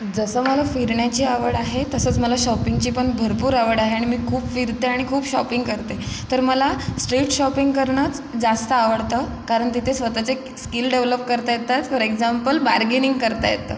जसं मला फिरण्याची आवड आहे तसंच मला शॉपिंगची पण भरपूर आवड आहे आणि मी खूप फिरते आणि खूप शॉपिंग करते तर मला स्ट्रीट शॉपिंग करणंच जास्त आवडतं कारण तिथे स्वतःचे स्कील डेव्हलप करता येतात फॉर एक्झाम्पल बार्गेनिंग करता येतं